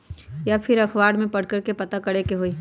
या फिर अखबार में पढ़कर के पता करे के होई?